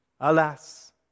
Alas